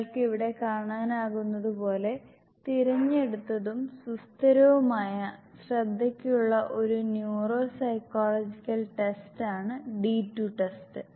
നിങ്ങൾക്ക് ഇവിടെ കാണാനാകുന്നതുപോലെ തിരഞ്ഞെടുത്തതും സുസ്ഥിരവുമായ ശ്രദ്ധയ്ക്കുള്ള ഒരു ന്യൂറോ സൈക്കോളജിക്കൽ ടെസ്റ്റാണ് D2 ടെസ്റ്റ്